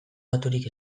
daturik